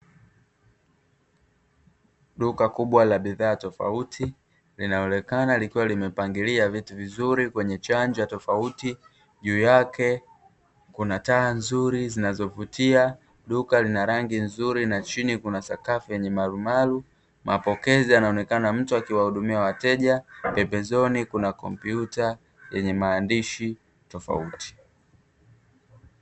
Duka kubwa la bidhaa tofauti linaonekana likiwa limepangilia vitu vizuri kwenye chanja tofauti, juu yake kuna taa nzuri zinazovutia duka lina rangi nzuri na chini kuna sakafu yenye marumaru. Mapokezi anaonekana mtu akiwahudumia wateja pembezoni kuna kompyuta yenye maandishi tofauti.